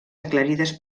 aclarides